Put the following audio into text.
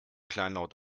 kleinlaut